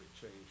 change